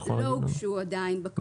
עדיין לא הוגשו.